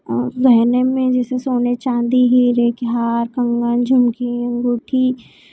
और गहने में जैसे सोने चाँदी हीरे के हार कंगन झुमकी अँगूठी